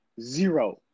zero